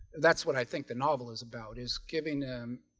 that's what i think the novel is about is giving um